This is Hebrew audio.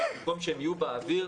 במקום שהם יהיו באוויר,